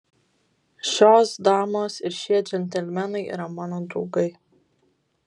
šios damos ir šie džentelmenai yra mano draugai